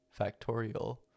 factorial